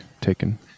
taken